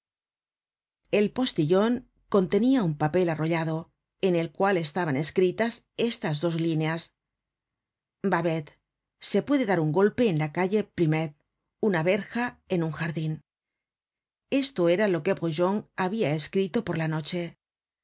el postillon contenia un papel arrollado en el cual estaban escritas estas dos líneas babet se puede dar un golpe en la calle plumet una verja en un jardin esto era lo que brujon habia escrito por la noche